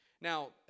Now